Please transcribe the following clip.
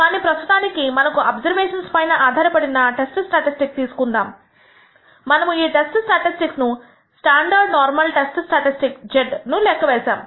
కానీ ప్రస్తుతానికి మనకు అబ్సర్వేషన్స్ పైన ఆధారపడిన టెస్ట్ స్టాటిస్టిక్ తీసుకుందాము మనము ఈ టెస్ట్ స్టాటిస్టిక్ ను standard normal test statistic z ను లెక్క వేసాము